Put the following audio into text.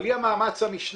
אבל היא המאמץ המשני.